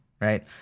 right